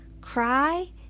cry